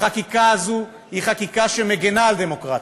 החקיקה הזאת היא חקיקה שמגינה על הדמוקרטיה,